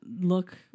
look